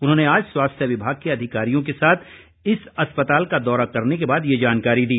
उन्होंने आज स्वास्थ्य विभाग के अधिकारियों के साथ इस अस्पताल का दौरा करने के बाद ये जानकारी दी